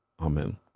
Amen